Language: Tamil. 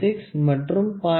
06 மற்றும் 0